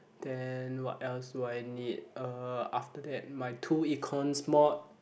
then what else do I need uh after that my two Econs mod